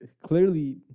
clearly